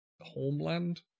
homeland